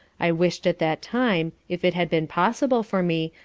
i wish'd at that time, if it had been possible for me,